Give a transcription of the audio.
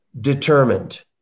determined